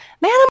man